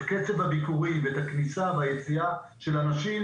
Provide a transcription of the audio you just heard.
קצב הביקורים ואת הכניסה והיציאה של אנשים,